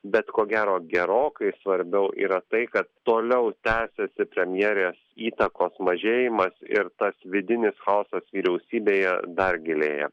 bet ko gero gerokai svarbiau yra tai kad toliau tęsiasi premjerės įtakos mažėjimas ir tas vidinis chaosas vyriausybėje dar gilėja